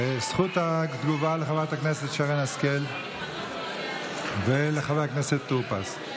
זכות התגובה לחברת הכנסת שרן השכל ולחבר הכנסת טור פז.